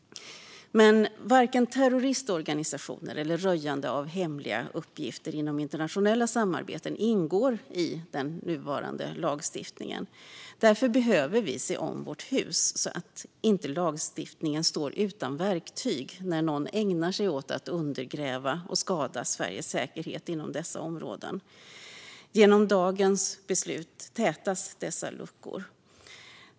Men varken terroristorganisationer eller röjande av hemliga uppgifter inom internationella samarbeten ingår i den nuvarande lagstiftningen. Därför behöver vi se om vårt hus så att lagstiftningen inte står utan verktyg när någon ägnar sig åt att undergräva och skada Sveriges säkerhet inom dessa områden. Genom dagens beslut täpps dessa luckor till.